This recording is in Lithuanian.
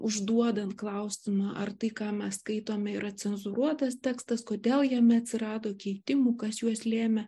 užduodant klausimą ar tai ką mes skaitome yra cenzūruotas tekstas kodėl jame atsirado keitimų kas juos lėmė